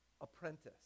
apprentice